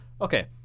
Okay